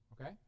Okay